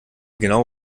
genau